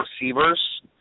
receivers